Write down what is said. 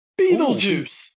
Beetlejuice